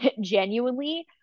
genuinely